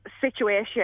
situation